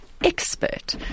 expert